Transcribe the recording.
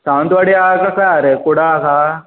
सावंतवाडी आसा काय खंय आसा रे कुडाळाक आसा